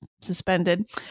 suspended